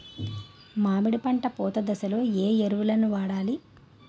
మామిడి పంట పూత దశలో ఏ ఎరువులను వాడాలి?